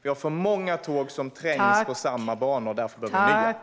Det är för många tåg som trängs på samma banor, och därför behöver vi nya.